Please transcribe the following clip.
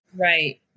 Right